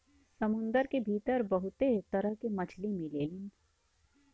समुंदर के भीतर बहुते तरह के मछली मिलेलीन